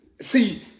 see